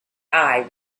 eye